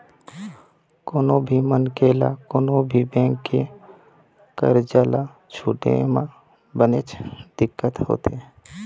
कोनो भी मनखे ल कोनो भी बेंक के करजा ल छूटे म बनेच दिक्कत होथे